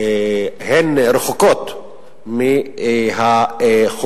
שהן רחוקות מהחוקים,